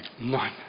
Nine